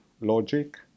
logic